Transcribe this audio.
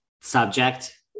subject